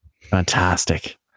Fantastic